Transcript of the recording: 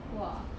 !wah!